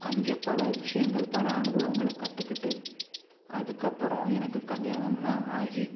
அங்கே பல விஷயங்கள் பல அனுபவங்களை கற்றுக்கிட்டு அதுக்கப்புறம் எனக்கு கல்யாணமெலாம் ஆகி